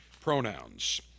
pronouns